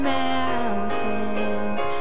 mountains